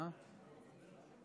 מה,